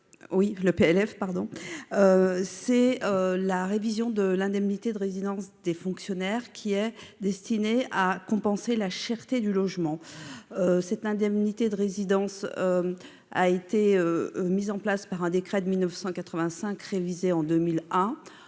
loi de finances, tend à réviser l'indemnité de résidence des fonctionnaires, laquelle est destinée à compenser la cherté du logement. Cette indemnité de résidence a été mise en place par un décret de 1985, révisé en 2001.